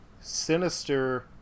Sinister